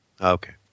Okay